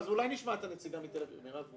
אז אולי נשמע את הנציגה מתל אביב.